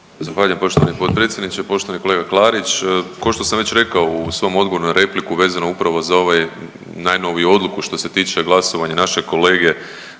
Zahvaljujem poštovani potpredsjedniče. Poštovani kolega Klarić ko što sam već rekao u svom odgovoru na repliku vezano upravo za ovaj najnoviju odluku što se tiče glasovanja našeg kolege